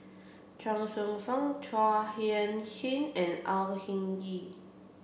Chuang Hsueh Fang Chua Sian Chin and Au Hing Yee